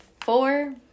four